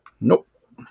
Nope